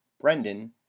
brendan